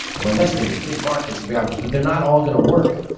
and we're investing in big markets and the average, but they're not all gonna work.